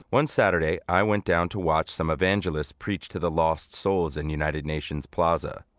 one saturday i went down to watch some evangelists preach to the lost souls in united nations plaza.